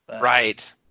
Right